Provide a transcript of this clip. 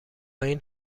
این